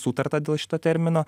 sutarta dėl šito termino